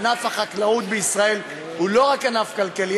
ענף החקלאות בישראל הוא לא רק ענף כלכלי,